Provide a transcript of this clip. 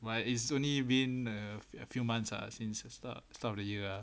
well it's only been a a few months ah since the start of the year